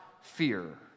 fear